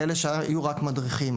לאלה שיהיו רק מדריכים.